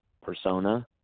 persona